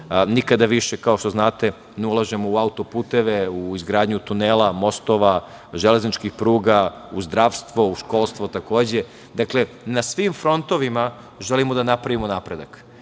Nikada više, kao što znate, ne ulažemo u auto-puteve, u izgradnju tunela, mostova, železničkih pruga, u zdravstvo, u školstvo takođe. Dakle, na svim frontovima želimo da napravimo napredak. Ono